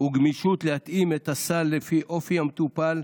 וגמישות בהתאמת הסל לאופי המטופל,